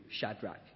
Shadrach